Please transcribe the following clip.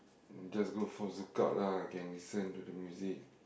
just for ZoukOut lah can listen to the music